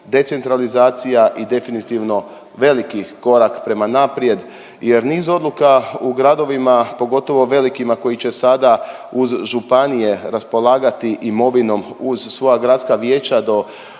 i definitivno veliki korak prema naprijed jer niz odluka u gradovima pogotovo velikima koji će sada uz županije raspolagati imovinom uz svoja gradska vijeća do iznosa